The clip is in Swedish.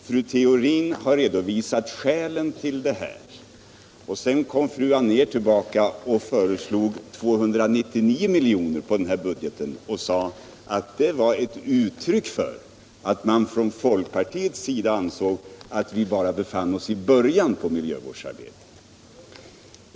Fru Theorin har redovisat skälen härtill. Sedan kom fru Anér tillbaka och föreslog 299 milj.kr. på denna budget. Hon sade att det var ett uttryck för att man från folkpartiets sida ansåg att vi bara befann oss i början av miljövårdsarbetet.